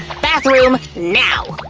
bathroom. now!